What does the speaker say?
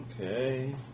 Okay